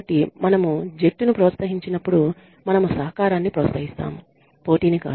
కాబట్టి మనము జట్టును ప్రోత్సహించినప్పుడు మనము సహకారాన్ని ప్రోత్సహిస్తాము పోటీనీ కాదు